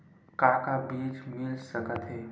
का का बीज मिल सकत हे?